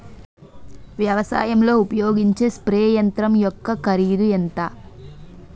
వ్యవసాయం లో ఉపయోగించే స్ప్రే యంత్రం యెక్క కరిదు ఎంత?